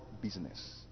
business